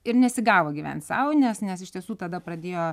ir nesigavo gyvent sau nes nes iš tiesų tada pradėjo